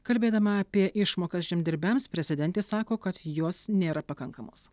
kalbėdama apie išmokas žemdirbiams prezidentė sako kad jos nėra pakankamos